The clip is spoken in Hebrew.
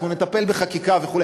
אנחנו נטפל בחקיקה וכו',